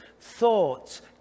thoughts